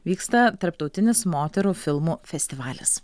vyksta tarptautinis moterų filmų festivalis